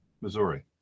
Missouri